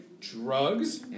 drugs